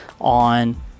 on